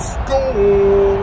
school